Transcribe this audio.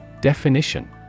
Definition